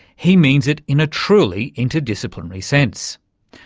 he means it in a truly interdisciplinary sense.